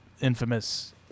infamous